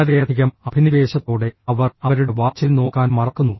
വളരെയധികം അഭിനിവേശത്തോടെ അവർ അവരുടെ വാച്ചിൽ നോക്കാൻ മറക്കുന്നു